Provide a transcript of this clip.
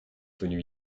venu